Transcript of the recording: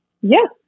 Yes